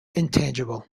intangible